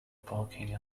parking